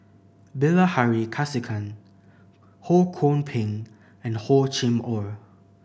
Bilahari Kausikan Ho Kwon Ping and Hor Chim Or